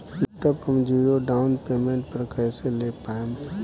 Laptop हम zero down payment पर कैसे ले पाएम?